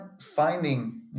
finding